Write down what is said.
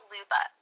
Luba